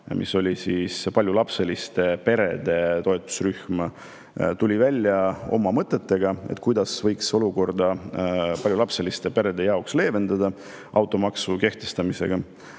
ma pean silmas paljulapseliste perede toetusrühma – tuli välja oma mõtetega, kuidas võiks paljulapseliste perede jaoks leevendada automaksu kehtestamist.